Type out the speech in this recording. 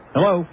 Hello